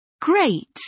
Great